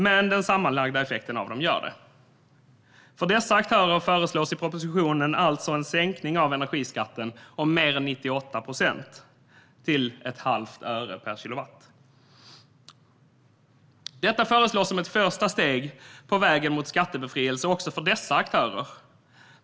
Men den sammanlagda effekten av dem gör det. För dessa aktörer föreslås i propositionen alltså en sänkning av energiskatten med mer än 98 procent till ett halvt öre per kilowatt. Detta föreslås som ett första steg på vägen mot skattebefrielse också för dessa aktörer.